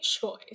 choice